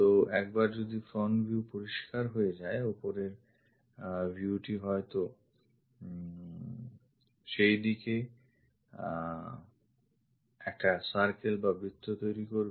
তো একবার যদি front view পরিস্কার হয়ে যায় ওপরের view টি হয়ত সেই দিকে একটা circle বা বৃত্ত তৈরী করবে